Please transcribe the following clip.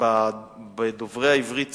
אצל דוברי העברית